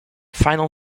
final